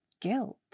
guilt